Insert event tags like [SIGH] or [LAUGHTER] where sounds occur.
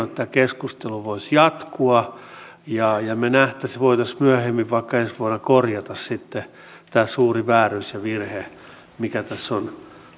[UNINTELLIGIBLE] että tämä keskustelu voisi jatkua ja ja me voisimme myöhemmin vaikka ensi vuonna korjata sitten tämän suuren vääryyden ja virheen mikä tässä on